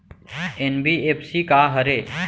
NBFC का हरे?